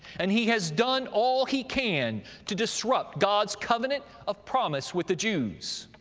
and he has done all he can to disrupt god's covenant of promise with the jews.